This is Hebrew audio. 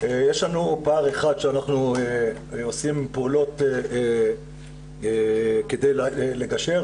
יש לנו פער אחד שאנחנו עושים פעולות כדי לגשר,